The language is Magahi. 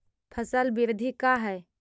फसल वृद्धि का है?